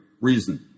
reason